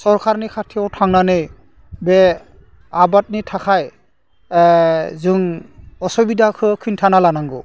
सरकारनि खाथियाव थांनानै बे आबादनि थाखाय जों असुबिदाखौ खोन्थाना लानांगौ